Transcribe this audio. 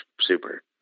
super